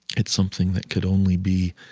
it's something that could only be